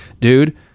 dude